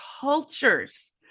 cultures